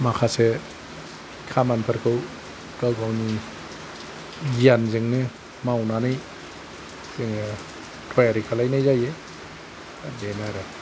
माखासे खामानिफोरखौ गाव गावनि गियानजोंनो मावनानै जोङो थियारि खालामनाय जायो बिदिनो आरो